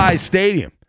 Stadium